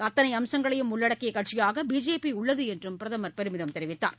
அனைத்து அம்சங்களையும் உள்ளடக்கிய கட்சியாக பிஜேபி உள்ளது என்று பிரதமர் பெருமிதம் தெரிவித்தார்